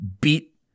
beat